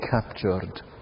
captured